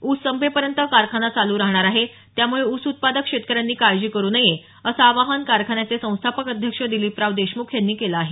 ऊस संपेपर्यंत कारखाना चालू राहणार त्यामुळे ऊस उत्पादक शेतकऱ्यांनी काळजी करू नये असं आवाहन कारखान्याचे संस्थापक अध्यक्ष दिलीपराव देशमुख यांनी केलं आहे